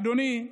אדוני,